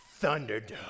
Thunderdome